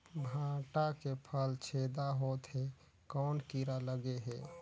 भांटा के फल छेदा होत हे कौन कीरा लगे हे?